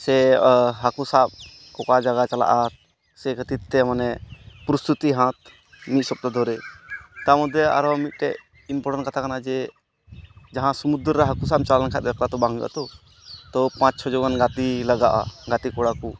ᱥᱮ ᱦᱟᱹᱠᱩ ᱥᱟᱵ ᱚᱠᱟ ᱡᱟᱭᱜᱟ ᱪᱟᱞᱟᱜᱼᱟ ᱪᱮᱫ ᱠᱷᱟᱹᱛᱤᱨᱛᱮ ᱢᱟᱱᱮ ᱯᱨᱚᱥᱛᱩᱛᱤ ᱦᱟᱛ ᱢᱤᱫ ᱥᱚᱯᱛᱟ ᱫᱷᱚᱨᱮ ᱛᱟᱨ ᱢᱚᱫᱽᱫᱷᱮ ᱟᱨᱚ ᱢᱤᱫᱴᱮᱱ ᱤᱱᱯᱚᱴᱮᱱ ᱠᱟᱛᱷᱟ ᱠᱟᱱᱟ ᱡᱮ ᱡᱟᱦᱟᱸ ᱥᱚᱢᱩᱫᱨᱚ ᱨᱮ ᱦᱟᱹᱠᱚ ᱥᱟᱵᱼᱮᱢ ᱪᱟᱞᱟᱣ ᱞᱮᱡᱠᱷᱟᱱ ᱫᱚ ᱵᱟᱝ ᱦᱩᱭᱩᱜᱼᱟ ᱛᱳ ᱯᱟᱸᱪᱼᱪᱷᱚᱡᱚᱱ ᱜᱟᱛᱮ ᱞᱟᱜᱟᱜᱼᱟ ᱜᱟᱛᱮ ᱠᱚᱲᱟᱠᱚ